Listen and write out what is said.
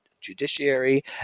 judiciary